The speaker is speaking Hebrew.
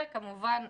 כמובן,